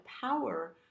power